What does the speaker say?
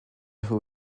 who